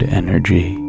energy